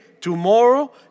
tomorrow